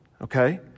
okay